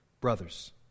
Brothers